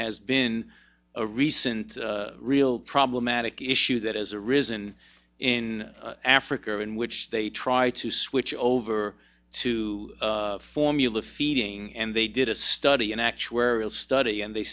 has been a recent real problematic issue that has arisen in africa in which they try to switch over to formula feeding and they did a study an actuarial study and they